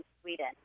Sweden